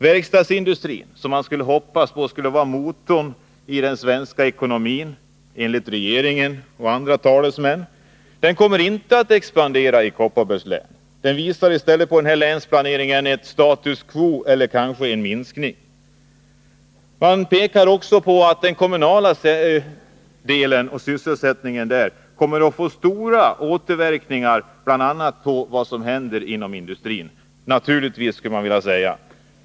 Verkstadsindustrin, som regeringen och andra hoppades skulle vara motorn i den svenska ekonomin, kommer inte att expandera i Kopparbergs län. I stället visar länsplaneringen på status quo eller kanske på en minskning. Det framhålls också att sysselsättningssituationen inom den kommunala sektorn kommer att i hög grad påverkas av vad som sker inom bl.a. industrin — naturligtvis skulle man vilja säga.